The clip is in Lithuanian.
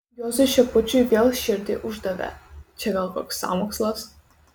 juozui šepučiui vėl širdį uždavė čia gal koks sąmokslas